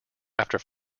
after